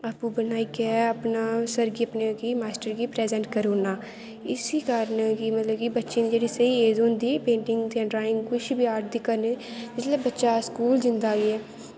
आपू बनाइयै अपना सर गी अपने मास्टर गी प्राजैंट करनी ऐ इस्सै कारण कि बच्चें दी स्हेई एज़ होंदी पेंटिंग ते ड्राइंग कुछ बी करने दी जिसलै बच्चा स्कूल जंदा ऐ